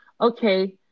okay